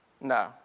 No